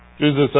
Jesus